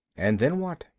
and then, what